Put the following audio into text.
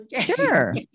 Sure